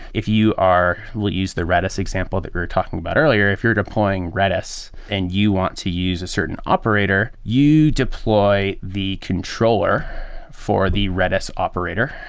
if you are we'll use the redis example that we're talking about earlier. if you're deploying redis and you want to use a certain operator, you deploy the controller for the redis operator,